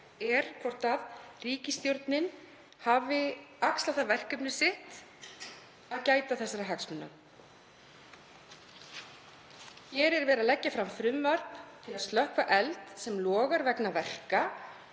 er hvort ríkisstjórnin hafi axlað það verkefni sitt að gæta þessara hagsmuna. Hér er verið að leggja fram frumvarp til að slökkva eld sem logar vegna verka